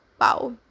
wow